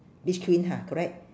beach queen ha correct